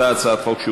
אותה הצעת חוק,